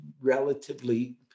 relatively